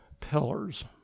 pillars